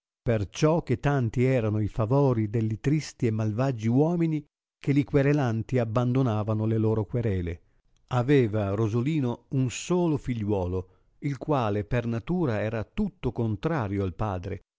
ciò che tanti erano i favori delli tristi e malvaggi uomini che li querelanti abbandonavano le loro querele aveva rosolino un solo figliuolo il quale per natura era tutto contrario al padre